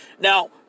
Now